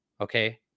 okay